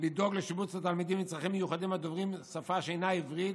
לדאוג לשיבוץ התלמידים עם צרכים מיוחדים שדוברים שפה שאינה עברית